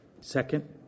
Second